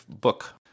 book